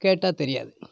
கேட்டால் தெரியாது